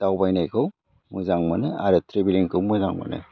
दावबायनायखौ मोजां मोनो आरो ट्रेभेलिंखौ मोजां मोनो